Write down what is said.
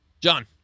John